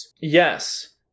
Yes